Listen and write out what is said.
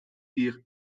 die